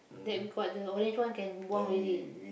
that we got the orange one can buang already